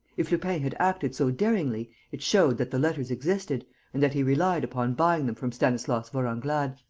if lupin had acted so daringly, it showed that the letters existed and that he relied upon buying them from stanislas vorenglade.